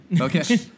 Okay